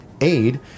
aid